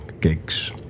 gigs